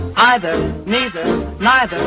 either. maybe not.